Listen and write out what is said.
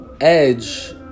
edge